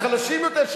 החלשים יותר.